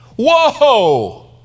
Whoa